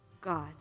God